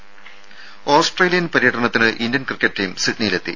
രംഭ Australian പര്യടനത്തിന് Indian cricket team സിഡ്നിയിലെത്തി